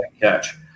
catch